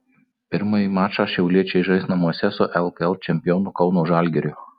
pirmąjį mačą šiauliečiai žais namuose su lkl čempionu kauno žalgiriu